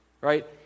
right